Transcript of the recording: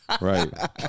Right